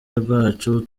rwacu